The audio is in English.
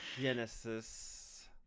Genesis